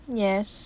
yes